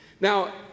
Now